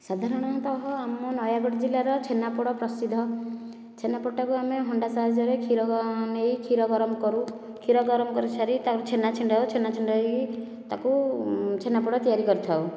ସାଧାରଣତଃ ଆମ ନୟାଗଡ଼ ଜିଲ୍ଲାର ଛେନାପୋଡ଼ ପ୍ରସିଦ୍ଧ ଛେନାପୋଡ଼ ଟାକୁ ଆମେ ହଣ୍ଡା ସାହାଯ୍ୟରେ କ୍ଷୀର ନେଇ କ୍ଷୀର ଗରମ କରୁ କ୍ଷୀର ଗରମ କରିସାରି ତାକୁ ଛେନା ଛିଣ୍ଡାଉ ଛେନା ଛିଣ୍ଡାଇ ତାକୁ ଛେନାପୋଡ଼ ତିଆରି କରିଥାଉ